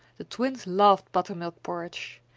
the twins loved buttermilk porridge.